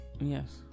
Yes